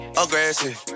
aggressive